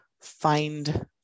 find